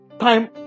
time